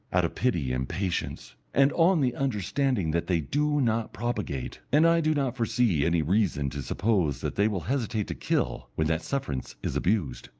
out of pity and patience, and on the understanding that they do not propagate and i do not foresee any reason to suppose that they will hesitate to kill when that sufferance is abused.